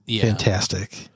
fantastic